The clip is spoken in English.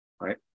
right